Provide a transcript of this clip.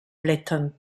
blättern